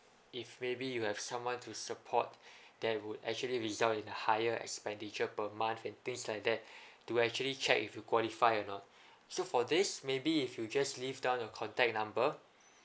if maybe you have someone to support that would actually result in a higher expenditure per month and things like that to actually check if you qualify or not so for this maybe if you just leave down your contact number